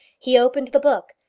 he opened the book,